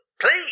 please